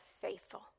faithful